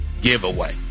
giveaway